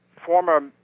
former